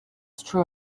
true